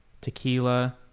tequila